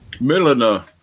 milliner